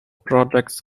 projects